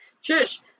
shush